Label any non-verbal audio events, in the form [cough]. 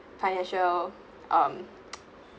financial um [noise]